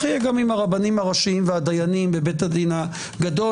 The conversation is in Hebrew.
יהיה גם עם הרבנים הראשיים והדיינים בבית הדין הגדול,